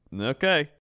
okay